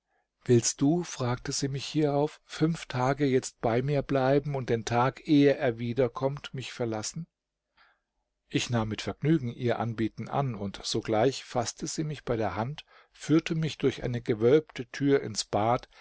willst du fragte sie mich hierauf fünf tage jetzt bei mir bleiben und den tag ehe er wieder kommt mich verlassen ich nahm mit vergnügen ihr anbieten an und sogleich faßte sie mich bei der hand führte mich durch eine gewölbte tür ins bad